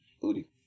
booty